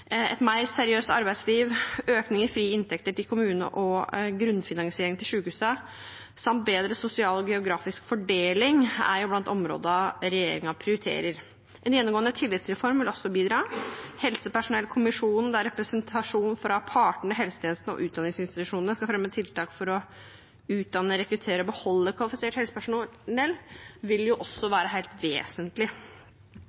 Et mer seriøst arbeidsliv, økning i frie inntekter til kommunene og grunnfinansiering til sykehusene samt bedre sosial og geografisk fordeling er blant områdene regjeringen prioriterer. En gjennomgående tillitsreform vil også bidra. Helsepersonellkommisjonen vil også være helt vesentlig, der representasjon fra partene, helsetjenestene og utdanningsinstitusjonene skal fremme tiltak for å utdanne, rekruttere og beholde kvalifisert helsepersonell.